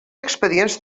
expedients